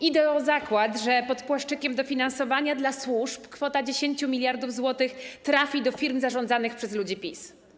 Idę o zakład, że pod płaszczykiem dofinansowania dla służb kwota 10 mld zł trafi do firm zarządzanych przez ludzi PiS.